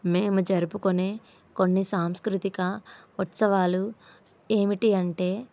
మేము జరుపుకునే కొన్ని సాంస్కృతిక ఉత్సవాలు ఏమిటి అంటే